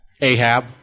Ahab